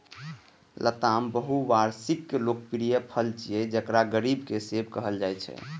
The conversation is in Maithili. लताम बहुवार्षिक लोकप्रिय फल छियै, जेकरा गरीबक सेब कहल जाइ छै